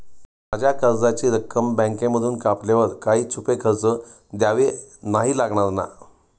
माझ्या कर्जाची रक्कम बँकेमधून कापल्यावर काही छुपे खर्च द्यावे नाही लागणार ना?